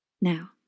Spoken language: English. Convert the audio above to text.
Now